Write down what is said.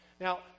Now